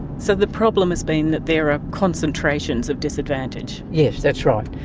so the problem has been that there are concentrations of disadvantage? yes, that's right.